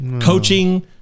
coaching